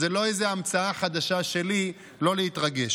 אז זו לא איזו המצאה חדשה שלי, לא להתרגש.